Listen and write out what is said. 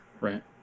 Right